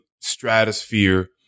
stratosphere